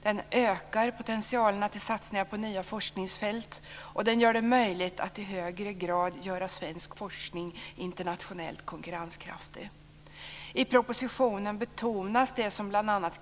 Den ökar potentialerna till satsningar på nya forskningsfält, och den gör det möjligt att i högre grad göra svensk forskning internationellt konkurrenskraftig. I propositionen betonas det som bl.a.